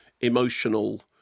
emotional